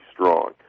strong